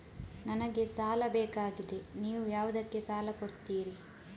ನನಗೆ ಸಾಲ ಬೇಕಾಗಿದೆ, ನೀವು ಯಾವುದಕ್ಕೆ ಸಾಲ ಕೊಡ್ತೀರಿ?